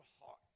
heart